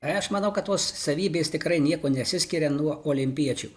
tai aš manau kad tos savybės tikrai niekuo nesiskiria nuo olimpiečių